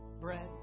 bread